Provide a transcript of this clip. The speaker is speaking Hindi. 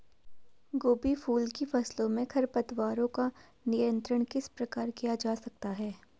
गोभी फूल की फसलों में खरपतवारों का नियंत्रण किस प्रकार किया जा सकता है?